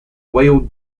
wild